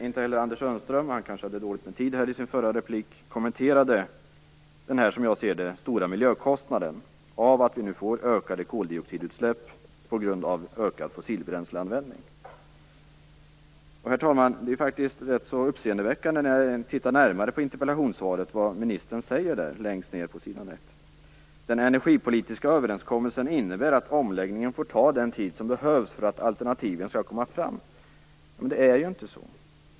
Inte heller Anders Sundström - han kanske hade ont om tid i sin förra replik - kommenterade den som jag ser det stora miljökostnaden av att vi nu får ökade koldioxidutsläpp på grund av ökad fossilbränsleanvändning. Herr talman! När jag tittar närmare på interpellationssvaret finner jag det som ministern säger längst ned på s. 1 rätt uppseendeväckande. "Den energipolitiska överenskommelsen innebär att omläggningen får ta den tid som behövs för att alternativen skall komma fram." Men det är ju inte så.